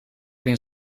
ben